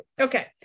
Okay